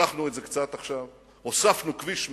מתחנו את זה קצת עכשיו, הוספנו כביש מקביל,